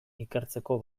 ikertzeko